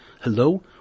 Hello